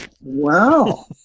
Wow